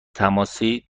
تماسی